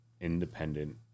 independent